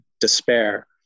despair